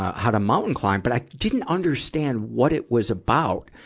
how to mountain climb. but i didn't understand what it was about.